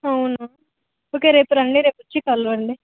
అవునా ఓకే రేపు రండి రేపు వచ్చి కలవండి